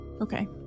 Okay